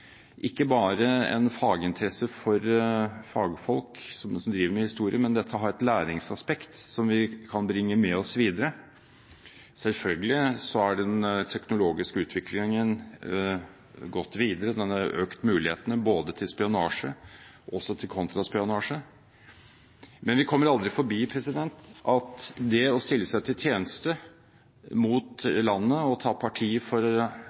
ikke bare en faginteresse for fagfolk som driver med historie, men dette har også et læringsaspekt som vi kan bringe med oss videre. Selvfølgelig har den teknologiske utviklingen gått videre. Den har økt muligheten for både spionasje og kontraspionasje. Men vi kommer aldri forbi at det å stille seg til tjeneste mot landet og ta parti for